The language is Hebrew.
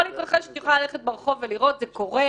זה קורה,